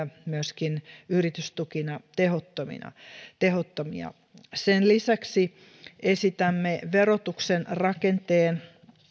myöskin yritystukina tehottomia sen lisäksi esitämme verotuksen rakenteeseen